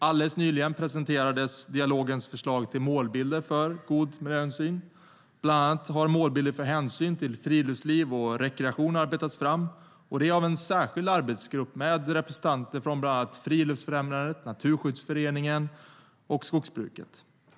Alldeles nyligen presenterades dialogens förslag till målbilder för god miljöhänsyn. Bland annat har målbilder för hänsyn till friluftsliv och rekreation arbetats fram, och det av en särskild arbetsgrupp med representanter för bland annat Friluftsfrämjandet, Naturskyddsföreningen och skogsbruket.